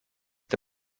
the